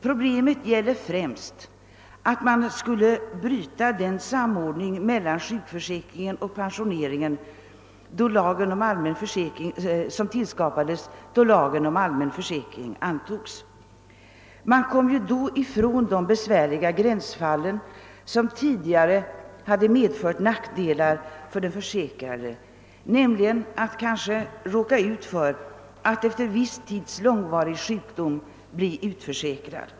Problemet ligger främst i att man skulle bryta den samordning mellan sjukförsäkringen och pensioneringen som tillskapades då lagen om allmän försäkring antogs. Man kom då ifrån de besvärliga gränsfall som tidigare hade medfört nackdelar för de försäkrade, nämligen att man efter långvarig sjukdom kunde råka ut för att bli utförsäkrad.